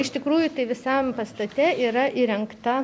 iš tikrųjų tai visam pastate yra įrengta